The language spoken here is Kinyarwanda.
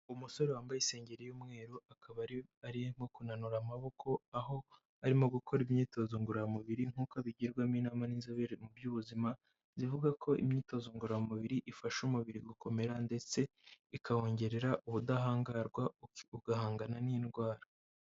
Umusore wambaye isengeri y'umweru, akaba arimo kunanura amaboko, aho arimo gukora imyitozo ngororamubiri, nk'uko abigirwamo inama n'inzobere mu by'ubuzima, zivuga ko imyitozo ngorora mubiri ifasha umubiri gukomera, ndetse ikawongerera ubudahangarwa ugahangana n'indwara.